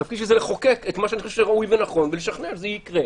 התפקיד שלי הוא לחוקק את מה שאני חושב שראוי ונכון ולשכנע שזה יקרה.